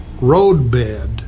roadbed